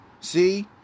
See